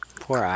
Poor